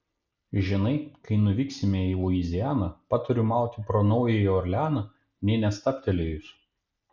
žinai kai nuvyksime į luizianą patariu mauti pro naująjį orleaną nė nestabtelėjus